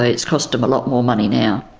it's cost them a lot more money now.